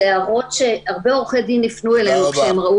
אלה הערות שהרבה עורכי דין הפנו אלינו כשהם ראו